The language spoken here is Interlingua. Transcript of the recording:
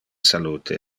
salute